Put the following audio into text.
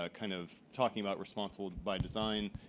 ah kind of talking about responsible by design,